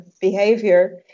behavior